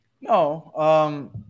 No